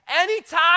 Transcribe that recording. Anytime